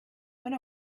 went